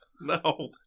no